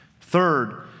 Third